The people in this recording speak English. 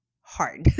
hard